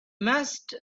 must